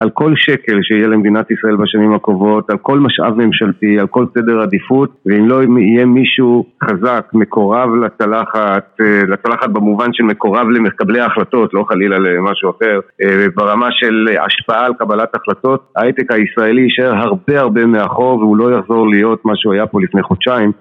על כל שקל שיהיה למדינת ישראל בשנים הקרובות, על כל משאב ממשלתי, על כל סדר עדיפות, ואם לא יהיה מישהו חזק, מקורב לצלחת, לצלחת במובן שמקורב למקבלי ההחלטות, לא חלילה למשהו אחר, ברמה של השפעה על קבלת החלטות, ההיי-טק הישראלי ישאר הרבה הרבה מאחור והוא לא יחזור להיות מה שהיה פה לפני חודשיים